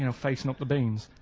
you know facin' up the beans.